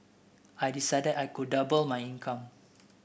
I decided I could double my income